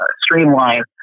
streamline